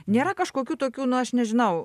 nėra kažkokių tokių nu aš nežinau